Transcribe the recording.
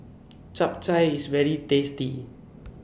Japchae IS very tasty